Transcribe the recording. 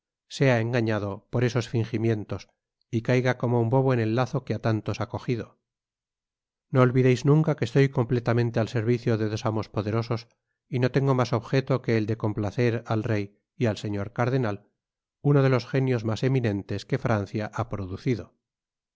carrera sea engañado por esos fingimientos y caiga como un bobo en el lazo que á tantos ha cojido jn'o olvideis nunca que estoy completamente al servicio de dos amos poderosos y no tengo mas objeto que el de complacer al rey y al señor cardenal uno de los genios mas eminentes que francia ha producido